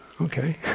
okay